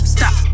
Stop